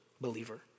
believer